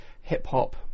hip-hop